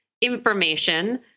information